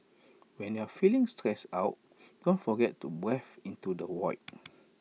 when you are feeling stressed out don't forget to breathe into the void